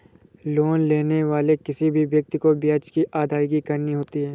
loan लेने वाले किसी भी व्यक्ति को ब्याज की अदायगी करनी होती है